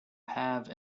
have